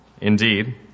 Indeed